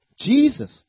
Jesus